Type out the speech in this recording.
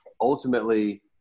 ultimately